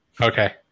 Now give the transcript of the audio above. Okay